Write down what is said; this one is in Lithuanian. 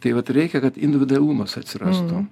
tai vat reikia kad individualumas atsirastų